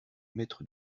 mètres